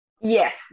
Yes